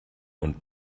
und